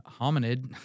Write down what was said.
hominid